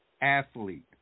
athlete